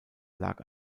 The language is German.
lag